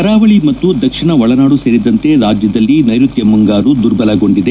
ಕರಾವಳಿ ಮತ್ತು ದಕ್ಷಿಣ ಒಳನಾಡು ಸೇರಿದಂತೆ ರಾಜ್ಯದಲ್ಲಿ ನೈರುತ್ತ ಮುಂಗಾರು ದುರ್ಬಲಗೊಂಡಿದೆ